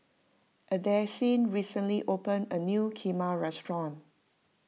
Addisyn recently opened a new Kheema restaurant